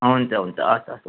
हुन्छ हुन्छ हस् हस्